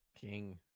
King